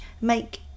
make